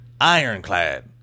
ironclad